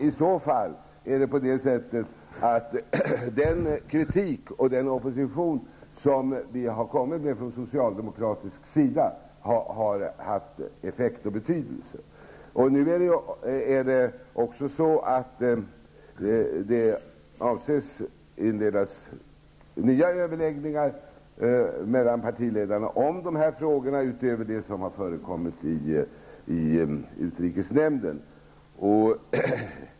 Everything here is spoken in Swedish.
I så fall har den kritik och den opposition som vi socialdemokrater har kommit med haft effekt och betydelse. Nu avses också nya överläggningar inledas mellan partiledarna om de här frågorna, utöver de som har förekommit i utrikesnämnden.